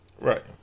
Right